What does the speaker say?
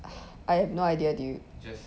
I have no idea dude